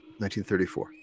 1934